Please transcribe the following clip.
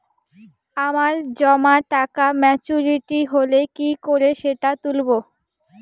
আমার জমা টাকা মেচুউরিটি হলে কি করে সেটা তুলব?